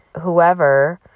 whoever